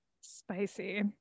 Spicy